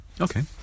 Okay